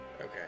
Okay